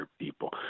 people